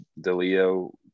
DeLeo